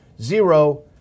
zero